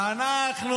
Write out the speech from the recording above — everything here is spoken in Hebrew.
איזה אליטיסטים?